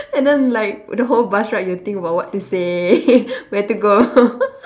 and then like the whole bus ride you'll think about what to say where to go